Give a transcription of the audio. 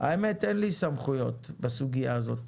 האמת אין לי סמכויות בסוגיה הזאת,